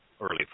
early